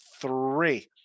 three